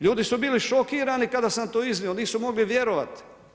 Ljudi su bili šokirani kada sam to iznio, nisu mogli vjerovati.